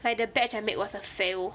like the batch I made was a fail